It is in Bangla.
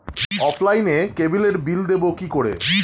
অফলাইনে ক্যাবলের বিল দেবো কি করে?